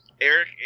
Eric